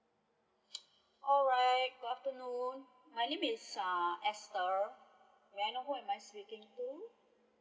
alright good afternoon my name is uh ester may I know who am I speaking to